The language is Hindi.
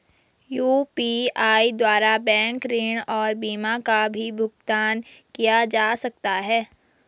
यु.पी.आई द्वारा बैंक ऋण और बीमा का भी भुगतान किया जा सकता है?